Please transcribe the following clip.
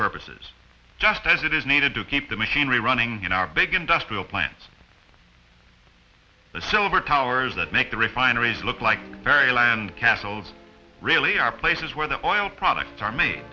purposes just as it is needed to keep the machinery running in our big industrial plants the silver towers that make the refineries look like castles really are places where the oil products are me